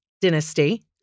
Dynasty